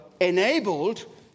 enabled